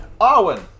Arwen